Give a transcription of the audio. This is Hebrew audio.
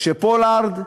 שפולארד יזכה,